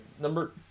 Number